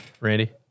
Randy